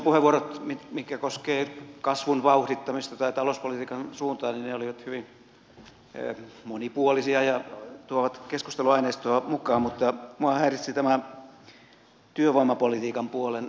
opposition puheenvuorot mitkä koskevat kasvun vauhdittamista tai talouspolitiikan suuntaa olivat hyvin monipuolisia ja tuovat keskusteluaineistoa mukaan mutta minua häiritsi tämä työvoimapolitiikan puolen suhtautumistapa